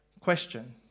question